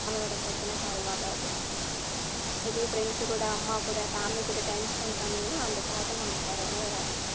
நம்மளோடய பிரச்சனை சால்வ் ஆகாது இதே ஃப்ரெண்ட்ஸு கூட அம்மா கூட ஃபேமிலி கூட டைம் ஸ்பென்ட் பண்ணிங்கன்னால் அந்த தாட்டு நம்மளுக்கு வரவே வராது